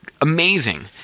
amazing